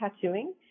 tattooing